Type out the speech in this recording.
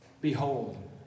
behold